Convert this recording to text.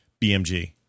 BMG